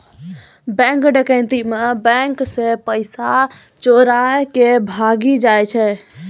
bank डकैती मे बैंको से पैसा चोराय के भागी जाय छै